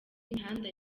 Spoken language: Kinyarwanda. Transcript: imihanda